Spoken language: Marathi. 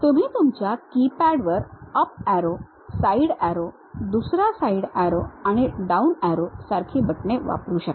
तुम्ही तुमच्या कीपॅड वर अप अॅरो साइड अॅरो दुसरा साइड अॅरो आणि डाउन अॅरो सारखी बटणे वापरू शकता